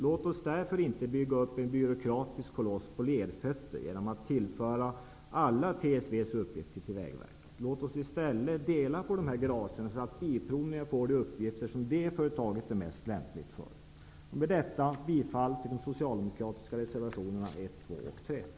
Låt oss därför inte bygga upp en byråkratisk koloss på lerfötter genom att föra över alla TSV:s uppgifter till Vägverket. Låt oss i stället dela på gracerna så att Svensk Bilprovning får de uppgifter det företaget är mest lämpat att hantera. Jag yrkar bifall till de socialdemokratiska reservationerna 1, 2 och 3.